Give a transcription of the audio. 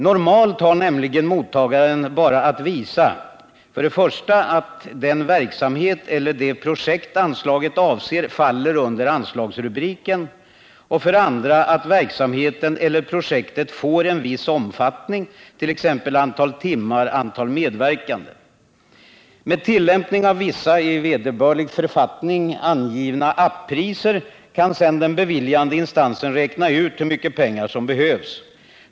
Normalt har nämligen mottagaren endast att visa för det första att den verksamhet eller det projekt anslaget avser faller under anslagsrubriken och för det andra att verksamheten eller projektet får en viss omfattning, t.ex. antal timmar, antal medverkande. Med tillämpning av vissa i vederbörande författning angivna å-priser kan sedan den beviljande instansen räkna ut hur mycket pengar som behövs.